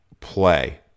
play